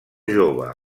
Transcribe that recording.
jove